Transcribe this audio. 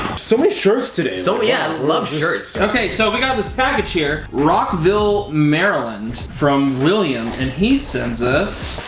so my shirts today, so yeah love shirts okay, so we got this package here rockville maryland from williams, and he sends us